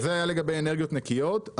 זה היה לגבי אנרגיות נקיות.